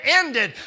ended